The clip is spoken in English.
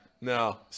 No